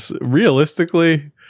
realistically